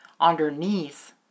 underneath